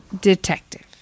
Detective